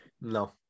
No